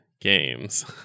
games